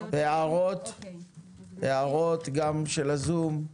הערות גם של הזום,